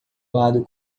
lado